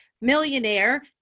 Millionaire